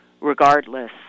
regardless